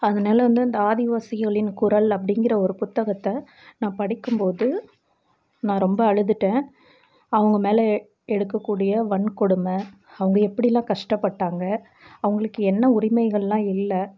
அதனால் வந்து இந்த ஆதிவாசிகளின் குரல் அப்படிங்கிற ஒரு புத்தகத்தை நான் படிக்கும்போது நான் ரொம்ப அழுதுவிட்டேன் அவங்க மேல் எடுக்கக்கூடிய வன்கொடுமை அவங்க எப்படில்லாம் கஷ்டப்பட்டாங்க அவங்களுக்கு என்ன உரிமைகள்லாம் இல்லை